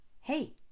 Hey